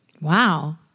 Wow